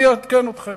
אני אעדכן אתכם.